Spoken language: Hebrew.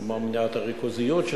כמו מניעת הריכוזיות,